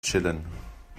chillen